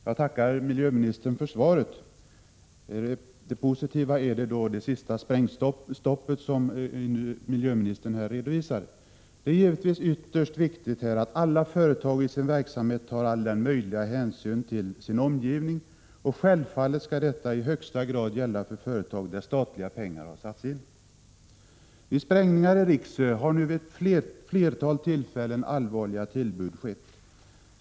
Herr talman! Jag tackar miljöministern för svaret. Det positiva är det sista i svaret, det besked om ett sprängstopp som miljöministern redovisar. Det är givetvis ytterst viktigt att alla företag i sin verksamhet tar all möjlig hänsyn till sin omgivning. Självfallet skall detta i högsta grad gälla företag där statliga pengar har satts in. Vid sprängningar i Rixö har vid ett flertal tillfällen allvarliga tillbud skett.